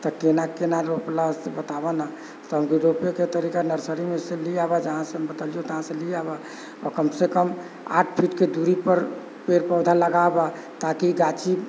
तऽ केना केना रोपलह से बताबह नहि तऽ हम रोपैके तरीका नर्सरीमे से ले आबह जहाँ से हम बतेलियौ तहाँ से ले आबह आओर कम से कम आठ फिटके दूरी पर पेड़ पौधा लगाबह ताकि गाछी